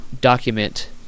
document